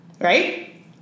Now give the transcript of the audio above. right